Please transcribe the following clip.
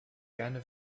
gerne